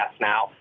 now